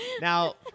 Now